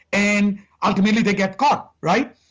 and ultimately, they get caught, right?